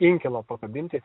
inkilo pakabinti